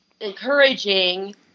encouraging